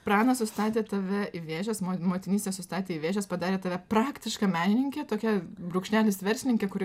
pranas sustatė tave į vėžes mo motinystė sustatė į vėžes padarė tave praktiška menininke tokia brūkšnelis verslininke kuri